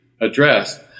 addressed